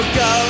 go